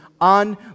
on